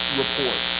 report